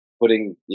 putting